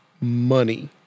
money